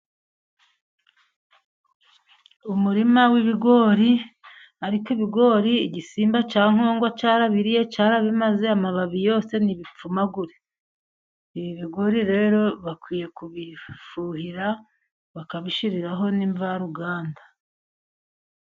Umurima w'ibigori, ariko ibigori igisimba cya nkongwa cyarabriye cyarabimaze amababi yose niibipfumagure ibi bigori rero bakwiye kubifuhira bakabishyiriraho n'imvaruganda.